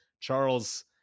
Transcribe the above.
Charles